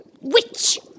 witch